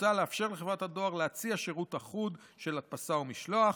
מוצע לאפשר לחברת הדואר להציע שירות אחוד של הדפסה ומשלוח,